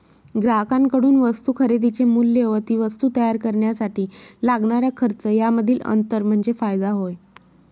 ग्राहकांकडून वस्तू खरेदीचे मूल्य व ती वस्तू तयार करण्यासाठी लागणारा खर्च यामधील अंतर म्हणजे फायदा होय